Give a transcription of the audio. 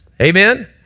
Amen